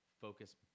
focus